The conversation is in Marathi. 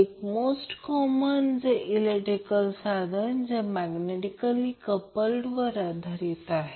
एक मोस्ट कॉमन जे इलेक्ट्रिकल साधन जे मैग्नेटिकली कप्लडवर आधारित आहे